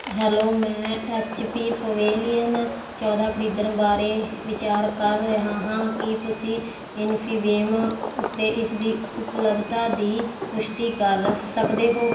hello ਮੈਂ HP Pavilion ਚੌਦਾਂ ਖਰੀਦਣ ਬਾਰੇ ਵਿਚਾਰ ਕਰ ਰਿਹਾ ਹਾਂ ਕੀ ਤੁਸੀਂ ਇਨਫੀਬੀਮ ਉੱਤੇ ਇਸ ਦੀ ਉਪਲੱਬਧਤਾ ਦੀ ਪੁਸ਼ਟੀ ਕਰ ਸਕਦੇ ਹੋ